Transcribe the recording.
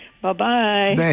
Bye-bye